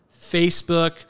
Facebook